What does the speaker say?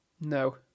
No